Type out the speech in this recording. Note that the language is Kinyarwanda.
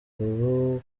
ubu